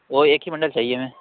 وہ ایک ہی بنڈل چاہیے ہمیں